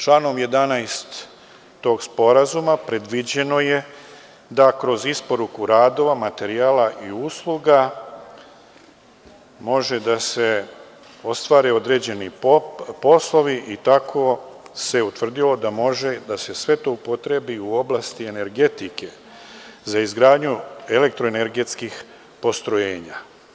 Članom 11. tog sporazuma predviđeno je da kroz isporuku radova, materijala i usluga može da se ostvare određeni poslovi i tako se utvrdilo da može da se sve to upotrebi u oblasti energetike za izgradnju elektroenergetskih postrojenja.